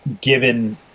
given